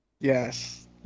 Yes